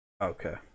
Okay